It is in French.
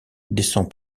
descend